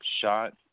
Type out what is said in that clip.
shot